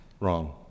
Wrong